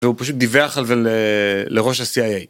והוא פשוט דיווח אבל לראש ה-CIA.